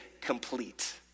complete